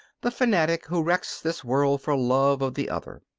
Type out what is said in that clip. the fanatic who wrecks this world for love of the other.